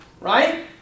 right